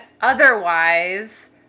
Otherwise